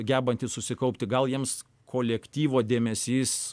gebantys susikaupti gal jiems kolektyvo dėmesys